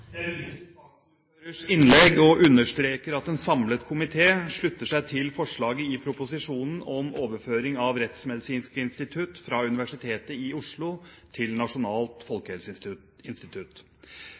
innlegg og understreker at en samlet komité slutter seg til forslaget i proposisjonen om overføring av Rettsmedisinsk institutt fra Universitetet i Oslo til Nasjonalt